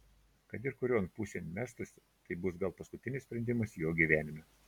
kad ir kurion pusėn mestųsi tai bus gal paskutinis sprendimas jo gyvenime